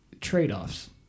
trade-offs